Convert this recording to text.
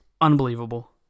unbelievable